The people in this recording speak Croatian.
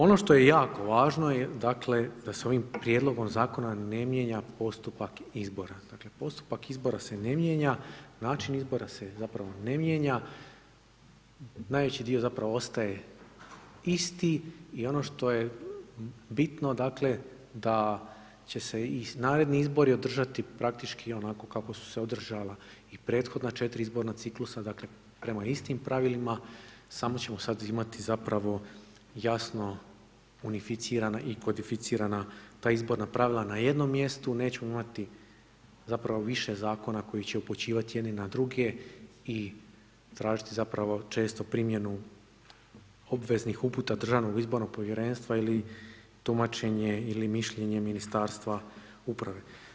Ono što je jako važno dakle je da se ovim prijedlogom zakona ne mijenja postupak izbora, dakle postupak izbora se ne mijenja, način izbora se zapravo ne mijenja, najveći dio zapravo ostaje isti i ono što je bitno dakle, da će se i naredni izbori održati praktički onako kako su se održala i prethodna 4 izborna ciklusa, dakle prema istim pravilima samo ćemo sad imati zapravo jasno unificirana i kodificirana ta izborna pravila na jednom mjestu, nećemo imati zapravo više zakona koji će upućivati jedni na druge i tražiti zapravo često primjenu obveznih uputa Državnog izbornog povjerenstva ili tumačenje ili mišljenje Ministarstva uprave.